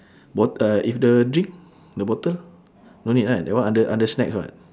bott~ uh if the drink the bottle no need right that one under under snacks [what]